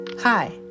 Hi